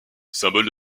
symbole